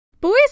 boys